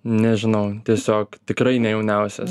nežinau tiesiog tikrai ne jauniausias